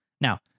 Now